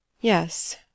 Yes